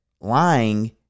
lying